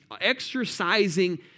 exercising